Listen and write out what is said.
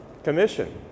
commission